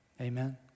Amen